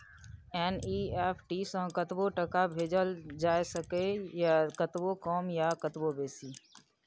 NEFT सँ कतबो टका भेजल जाए सकैए कतबो कम या कतबो बेसी